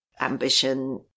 ambition